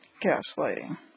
gaslighting